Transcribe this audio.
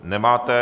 Nemáte.